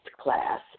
class